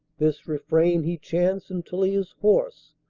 this refrain he chants until he is hoarse,